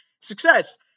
success